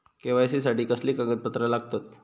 KYC साठी कसली कागदपत्र लागतत?